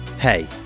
Hey